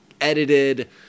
edited